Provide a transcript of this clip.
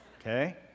okay